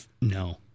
No